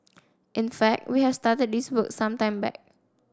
in fact we have started this work some time back